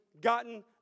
gotten